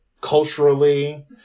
culturally